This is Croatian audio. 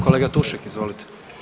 Kolega Tušek, izvolite.